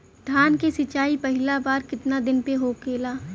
धान के सिचाई पहिला बार कितना दिन पे होखेला?